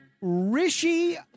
Rishi